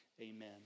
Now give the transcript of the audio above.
amen